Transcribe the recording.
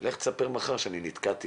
לך תספר מחר שזה נתקע'.